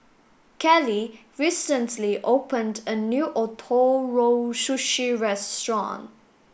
Kalie recently opened a new Ootoro Sushi restaurant